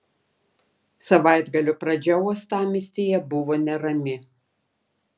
savaitgalio pradžia uostamiestyje buvo nerami